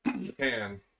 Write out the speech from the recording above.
Japan